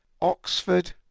Oxford